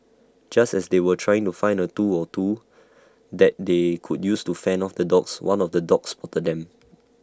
just as they were trying to find A tool or two that they could use to fend off the dogs one of the dogs spotted them